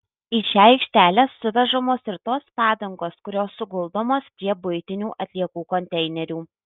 į šią aikštelę suvežamos ir tos padangos kurios suguldomos prie buitinių atliekų konteinerių